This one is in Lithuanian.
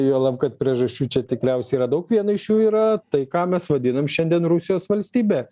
juolab kad priežasčių čia tikriausiai yra daug viena iš jų yra tai ką mes vadinam šiandien rusijos valstybė